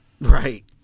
Right